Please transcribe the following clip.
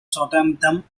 southampton